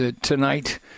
tonight